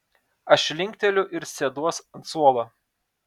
aš linkteliu ir sėduos ant suolo